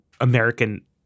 American